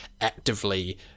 actively